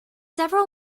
several